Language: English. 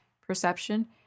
perception